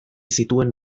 zituen